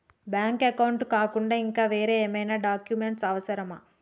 Bank account కాకుండా ఇంకా వేరే ఏమైనా డాక్యుమెంట్స్ అవసరమా?